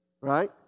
Right